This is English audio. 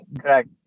Correct